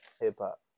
Hip-hop